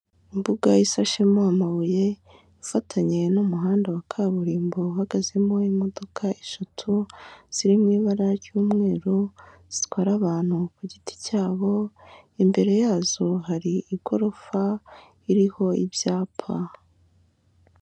Imbuga ishashemo amabuye, ifatanye n'umuhanda wa kaburimbo uhagazemo imodoka eshatu, ziri mu ibara ry'umweru zitwara abantu ku giti cyabo, imbere yazo hari igorofa ririho ibyapa.